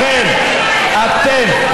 לכן אתם,